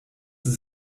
sie